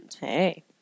Hey